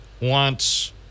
wants